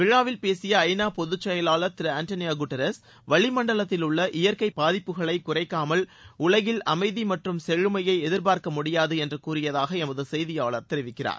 விழாவில் பேசிய ஐநா பொதுச் செயலாளர் திரு ஆண்டனி குட்ரஸ் வலிமண்டலத்திலுள்ள இயற்கை பாதிப்புகளை குறைக்காமல் உலகில் அமைதி மற்றும் செழுமையை எதிர்பார்க்க முடியாது என்று கூறியதாக எமது செய்தியாளர் தெரிவிக்கிறார்